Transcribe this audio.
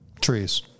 trees